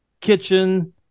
Kitchen